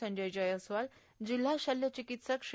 संजय जयस्वाल जिल्हा शल्य चिकित्सक श्री